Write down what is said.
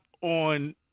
on